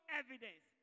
evidence